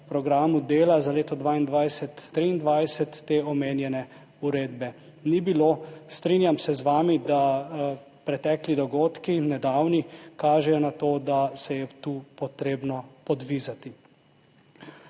programu dela za leto 2022/2023 omenjene uredbe ni bilo. Strinjam se z vami, da pretekli dogodki, nedavni, kažejo na to, da se je tu potrebno podvizati.